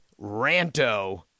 RANTO